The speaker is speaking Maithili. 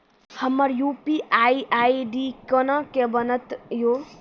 हमर यु.पी.आई आई.डी कोना के बनत यो?